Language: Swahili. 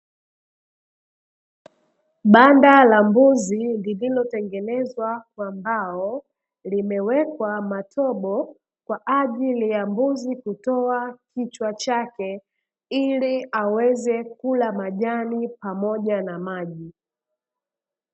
Banda la mbuzi lililotengenezwa kwa mbao, limewekwa matobo kwa ajili ya mbuzi kutoa kichwa chake ili aweze kula majani pamoja na maji.